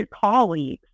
colleagues